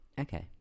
Okay